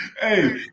Hey